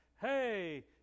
hey